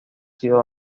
sido